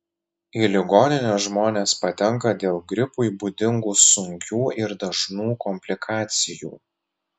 į ligoninę žmonės patenka dėl gripui būdingų sunkių ir dažnų komplikacijų